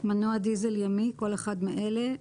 "מנוע דיזל ימי" כל אחד מאלה: